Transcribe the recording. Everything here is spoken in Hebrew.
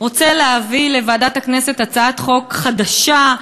רוצה להביא לוועדת הכנסת הצעת חוק חדשה,